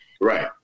Right